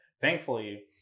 thankfully